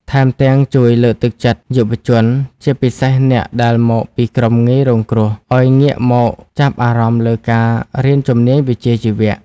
ថែមទាំងជួយលើកទឹកចិត្តយុវជន ជាពិសេសអ្នកដែលមកពីក្រុមងាយរងគ្រោះ ឱ្យងាកមកចាប់អារម្មណ៍លើការរៀនជំនាញវិជ្ជាជីវៈ។